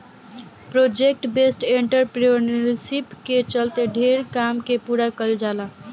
project based entrepreneurship के चलते ढेरे काम के पूरा कईल जाता